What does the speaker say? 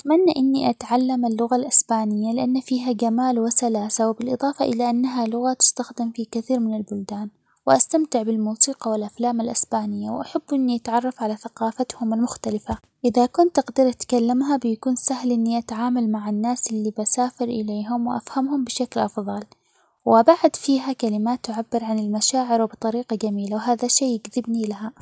أتمنى إني أتعلم اللغة الإسبانية لأن فيها جمال ،وسلاسة ،وبالاضافة الى إنها لغة تستخدم في كثير من البلدان، واستمتع بالموسيقى، والأفلام الإسبانية ،وأحب إني أتعرف على ثقافتهم المختلفة، إذا كنت أقدر اتكلمها بيكون سهل إني أتعامل مع الناس اللي بسافر إليهم ،وافهمهم بشكل أفظل ،وبعد فيها كلمات تعبر عن المشاعر ،وبطريقة جميلة وهذا شيء يجذبني لها.